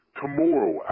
tomorrow